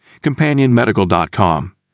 companionmedical.com